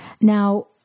Now